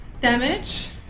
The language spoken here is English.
damage